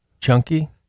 chunky